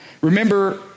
Remember